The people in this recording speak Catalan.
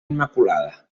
immaculada